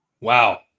Wow